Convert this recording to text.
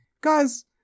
Guys